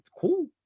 cool